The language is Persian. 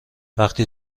وقتی